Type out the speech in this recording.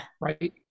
Right